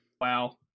Wow